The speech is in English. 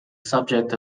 subject